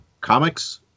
comics